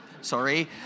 Sorry